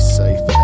safe